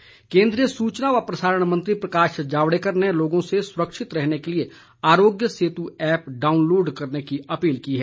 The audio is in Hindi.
जावडेकर केंद्रीय सूचना और प्रसारण मंत्री प्रकाश जावड़ेकर ने लोगों से सुरक्षित रहने के लिए आरोग्य सेतु रैप्प डाउनलोड करने की अपील की है